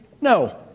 no